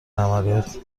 عملیات